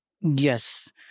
yes